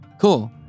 Cool